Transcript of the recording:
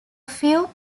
few